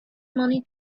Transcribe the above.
money